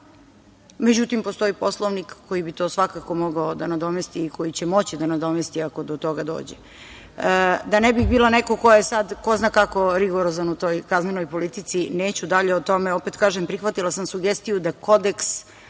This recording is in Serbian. međutim postoji Poslovnik koji bi to svakako mogao da nadomesti i koji će moći da nadomesti ako do toga dođe. Da ne bih bila neko ko je sad ko zna kako rigorozan u toj kaznenoj politici, neću dalje o tome. Opet kažem, prihvatila sam sugestiju da kodeks